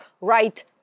right